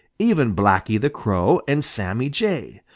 even blacky the crow and sammy jay.